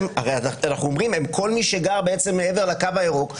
הרי אנחנו אומרים: כל מי שגר מעבר לקו הירוק,